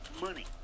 money